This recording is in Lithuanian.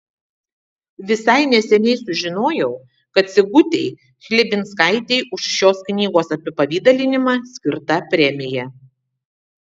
visai neseniai sužinojau kad sigutei chlebinskaitei už šios knygos apipavidalinimą skirta premija